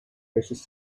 precious